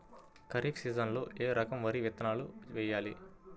ఖరీఫ్ సీజన్లో ఏ రకం వరి విత్తనాలు వేయాలి?